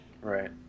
Right